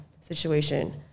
situation